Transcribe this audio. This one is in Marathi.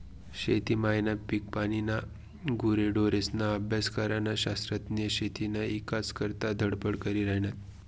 शेती मायना, पिकपानीना, गुरेढोरेस्ना अभ्यास करनारा शास्त्रज्ञ शेतीना ईकास करता धडपड करी हायनात